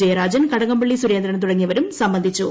ജയരാജൻ കടകംപള്ളി സുരേന്ദ്രൻ തുടങ്ങിയുവർ സംബന്ധിച്ചു